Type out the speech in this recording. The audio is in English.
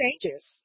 changes